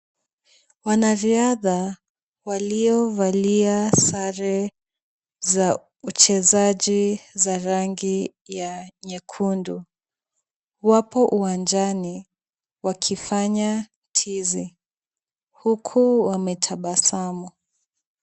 Wanariadha waliovalia sare za uchezaji za rangi ya nyekundu wapo uwanjani wakifanya tizi huku wametabasamu.